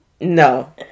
No